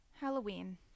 Halloween